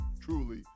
truly